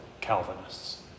Calvinists